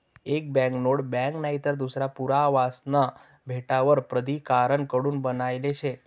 एक banknote bank नईतर दूसरा पुरावासना भेटावर प्राधिकारण कडून बनायेल शे